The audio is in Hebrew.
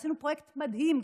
עשינו פרויקט מדהים,